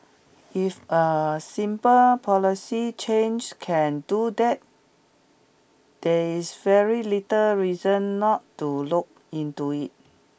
if a simple policy change can do that there is very little reason not to look into it